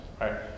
right